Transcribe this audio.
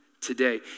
today